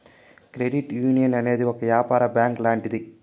credit union అనేది ఒక యాపార బ్యాంక్ లాంటిది